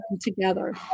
together